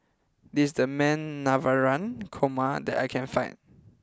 this is the best Navratan Korma that I can find